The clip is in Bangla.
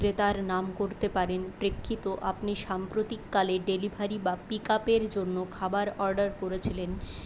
বিক্রেতার নাম করতে পারেন প্রেক্ষিত ও আপনি সাম্প্রতিককালে ডেলিভারি বা পিক আপের জন্য খাবার অর্ডার করেছিলেন